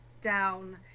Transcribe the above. down